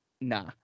nah